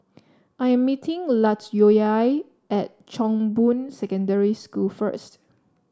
I am meeting Latoyia at Chong Boon Secondary School first